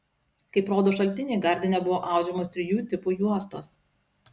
kaip rodo šaltiniai gardine buvo audžiamos trijų tipų juostos